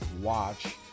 Watch